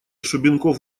шубенков